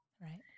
Right